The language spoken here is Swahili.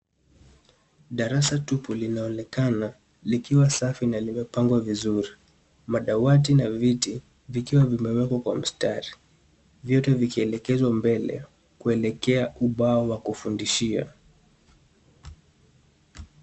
Darasa tupu linaonekana likiwa safi na limepangwa vizuri. Madawati na viti vikiwa vimewekwa kwa mstari vyote vikielekezwa mbele kuelekea ubao wa kufundishia.